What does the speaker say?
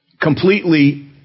completely